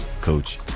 coach